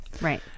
Right